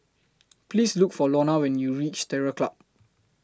Please Look For Lonna when YOU REACH Terror Club